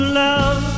love